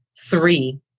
three